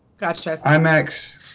IMAX